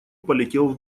полетел